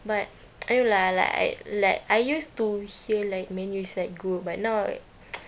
but I know lah like I like I used to hear like man U is like good but now